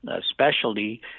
specialty